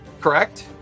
correct